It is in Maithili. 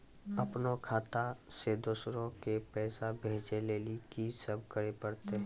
अपनो खाता से दूसरा के पैसा भेजै लेली की सब करे परतै?